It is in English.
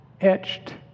etched